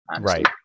Right